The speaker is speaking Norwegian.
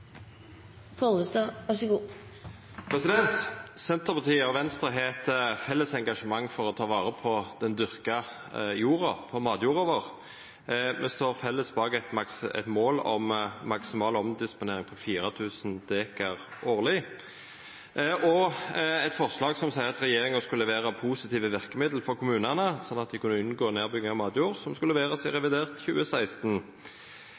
Senterpartiet og Venstre har eit felles engasjement for å ta vare på den dyrka jorda – matjorda vår. Me står felles bak eit mål om maksimal omdisponering på 4 000 dekar årleg og eit forslag som seier at regjeringa i revidert 2016 skal levera positive verkemiddel for kommunane, slik at me kan unngå nedbygging av matjord. Etter lang tid med nedgang viser fasiten at i